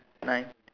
nine